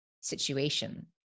situation